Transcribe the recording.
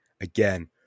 Again